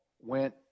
went